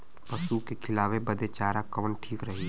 पशु के खिलावे बदे चारा कवन ठीक रही?